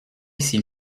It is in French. s’il